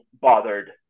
bothered